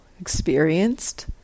experienced